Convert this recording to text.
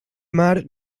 mar